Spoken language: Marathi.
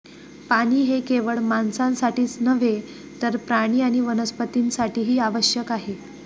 पाणी हे केवळ माणसांसाठीच नव्हे तर प्राणी आणि वनस्पतीं साठीही आवश्यक आहे